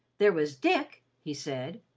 there was dick, he said.